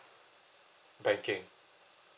banking